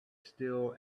still